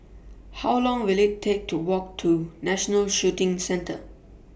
How Long Will IT Take to Walk to National Shooting Centre